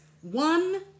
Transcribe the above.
One